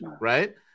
right